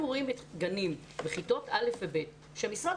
אנחנו רואים גנים וכיתות א' ו-ב' שמשרד